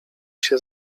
się